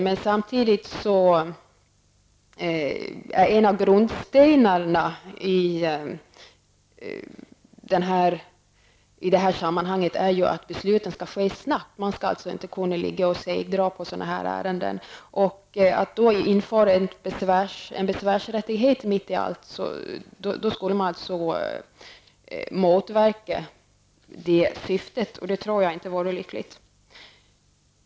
Men samtidigt är en av grundstenarna i detta sammanhang att besluten skall ske snabbt. Man skall alltså inte kunna segdra sådana ärenden. Om man skulle införa en besvärsrätt skulle man motverka syftet, och det tror jag inte vore lyckligt.